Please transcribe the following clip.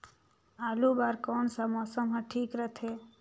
आलू बार कौन सा मौसम ह ठीक रथे?